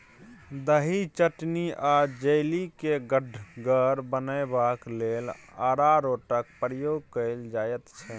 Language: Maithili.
दही, चटनी आ जैली केँ गढ़गर बनेबाक लेल अरारोटक प्रयोग कएल जाइत छै